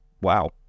Wow